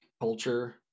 culture